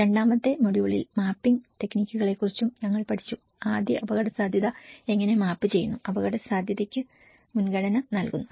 രണ്ടാമത്തെ മൊഡ്യൂളിൽ മാപ്പിംഗ് ടെക്നിക്കുകളെക്കുറിച്ചും ഞങ്ങൾ പഠിച്ചു ആദ്യം അപകടസാധ്യത എങ്ങനെ മാപ്പ് ചെയ്യുന്നു അപകടസാധ്യതയ്ക്ക് മുൻഗണന നൽകുന്നു